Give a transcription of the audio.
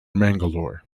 mangalore